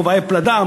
כובעי פלדה,